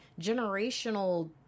generational